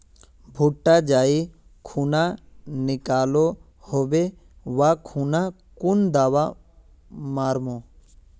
भुट्टा जाई खुना निकलो होबे वा खुना कुन दावा मार्मु?